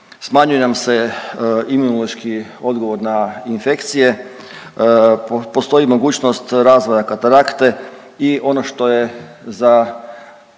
smanjuje nam se imunološki odgovor na infekcije, postoji mogućnost razvoja katarakte i ono što je za